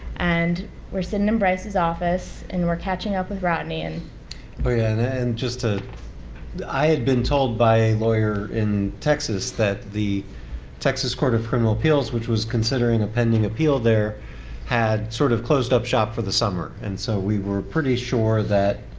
and we're sitting in bryce's office and we're catching up with rodney and but yeah brianna, and just to i had been told by a lawyer in texas that the texas court of criminal appeals which was considering a pending appeal there had sort of closed up shop for the summer. and so we were pretty sure that,